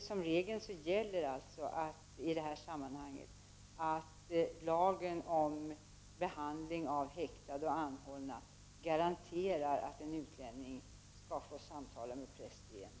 Som regel gäller alltså i detta sammanhang att man tillämpar lagen om behandling av häktade och anhållna, som garanterar att en utlänning skall få samtala med präst i enrum.